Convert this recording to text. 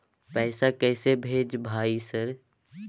पैसा कैसे भेज भाई सर?